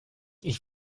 ich